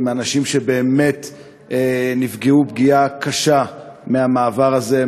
אנשים שבאמת נפגעו פגיעה קשה מהמעבר הזה,